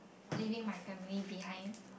leaving my family behind